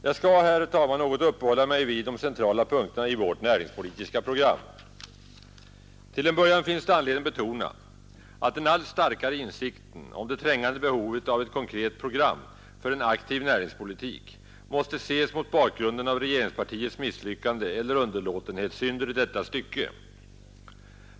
Jag skall här, herr talman, något uppehålla mig vid de centrala punkterna i vårt näringspolitiska program. Till en början finns det anledning betona att den allt starkare insikten om det trängande behovet av ett konkret program för en aktiv näringspolitik måste ses mot bakgrunden av regeringspartiets misslyckande eller underlåtenhetssynder i detta stycke.